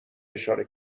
اشاره